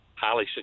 highly